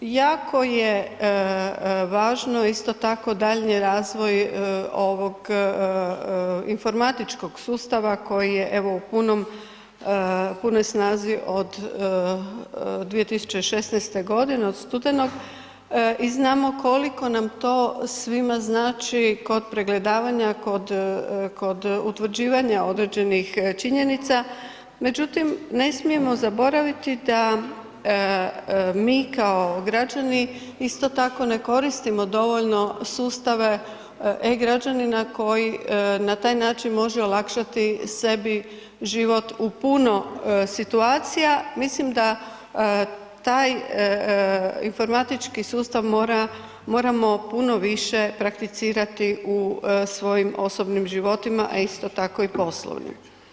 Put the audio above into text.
Jako je važno isto tako daljnji razvoj ovog informatičkog sustava koji je evo u punoj snazi od 2016. g., od studenog i znamo koliko nam to svima znači kod pregledavanja, kod utvrđivanja određenih činjenica međutim ne smijemo zaboraviti da mi kao građani isto tako ne koristimo dovoljno sustave E-građanina koji na taj način može olakšati sebi život u puno situacija, mislim da taj informatički sustav moramo puno više prakticirati u svojim osobnim životima a isto tako i poslovima.